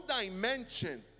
dimension